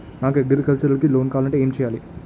నాకు అగ్రికల్చర్ కి లోన్ కావాలంటే ఏం చేయాలి?